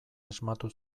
asmatu